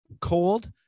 cold